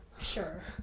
Sure